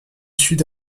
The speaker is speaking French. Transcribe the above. sud